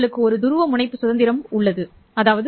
உங்களுக்கு ஒரு துருவமுனைப்பு சுதந்திரம் உள்ளது